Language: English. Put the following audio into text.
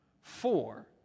four